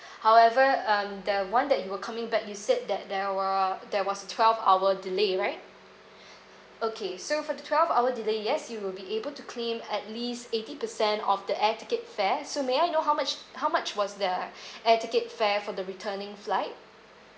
however uh there one that you were coming back you said that there were there was twelve hour delay right okay so for the twelve hour delay yes you will be able to claim at least eighty percent of the air tickets fare so may I know how much how much was the air ticket fare for the returning flight